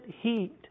heat